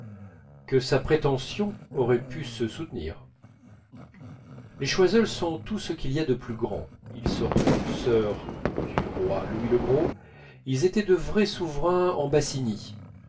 que sa prétention aurait pu se soutenir les choiseul sont tout ce qu'il y a de plus grand ils sortent d'une sœur du roi louis le gros ils étaient de vrais souverains en bassigny